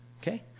Okay